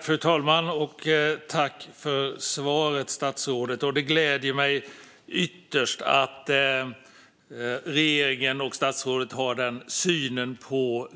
Fru talman! Tack för svaret, statsrådet! Det gläder mig ytterst att regeringen och statsrådet har denna syn på